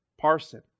Parson